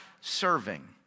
serving